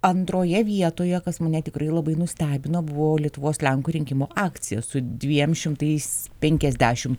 antroje vietoje kas mane tikrai labai nustebino buvo lietuvos lenkų rinkimų akcija su dviem šimtais penkiasdešimt